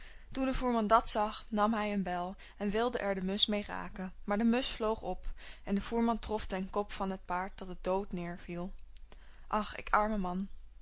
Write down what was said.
toen de voerman dat zag nam hij een bijl en wilde er de musch mee raken maar de musch vloog op en de voerman trof den kop van het paard dat het dood neêrviel ach ik arme man